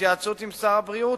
בהתייעצות עם שר הבריאות,